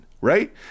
right